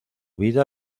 vida